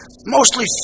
Mostly